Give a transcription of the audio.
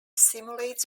simulates